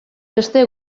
beste